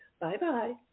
bye-bye